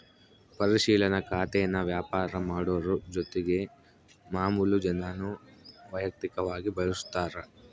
ಪರಿಶಿಲನಾ ಖಾತೇನಾ ವ್ಯಾಪಾರ ಮಾಡೋರು ಜೊತಿಗೆ ಮಾಮುಲು ಜನಾನೂ ವೈಯಕ್ತಕವಾಗಿ ಬಳುಸ್ತಾರ